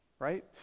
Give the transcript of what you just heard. right